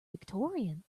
victorian